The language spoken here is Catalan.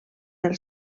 del